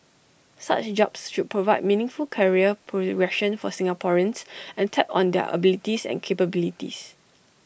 such jobs should provide meaningful career progression for Singaporeans and tap on their abilities and capabilities